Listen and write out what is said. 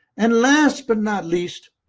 and last but not least,